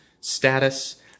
status